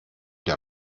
der